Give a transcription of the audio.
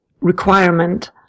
requirement